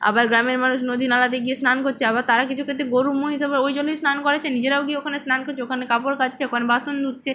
আবার গ্রামের মানুষ নদী নালাতে গিয়ে স্নান করছে আবার তারা কিছু ক্ষেত্রে গরু মহিষ আবার ওই জলেই স্নান করাচ্ছে নিজেরাও গিয়ে ওখানে স্নান করছে ওখানে কাপড় কাচছে ওখানে বাসন ধুচ্ছে